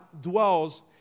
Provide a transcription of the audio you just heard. dwells